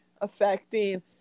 affecting